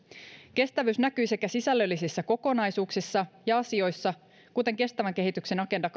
kestävyys näkyi sekä sisällöllisissä kokonaisuuksissa ja asioissa kuten kestävän kehityksen agenda